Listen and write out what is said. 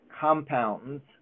compounds